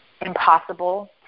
impossible